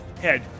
head